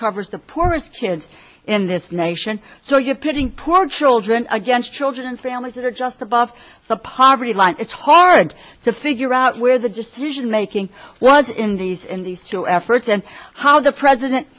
covers the poorest kids in this nation so you're pitting poor children against children and families that are just above the poverty line it's hard to figure out where the decision making was in these in these two efforts and how the president